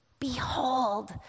Behold